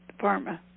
pharma